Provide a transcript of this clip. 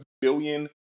billion